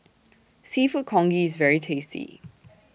Seafood Congee IS very tasty